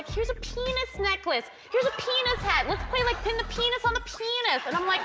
here's a penis necklace. here's a penis hat. let's play like pin the penis on the penis. and i'm, like,